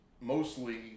mostly